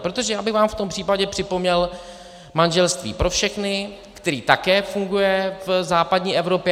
Protože já bych vám v tom případě připomněl manželství pro všechny, které také funguje v západní Evropě.